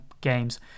games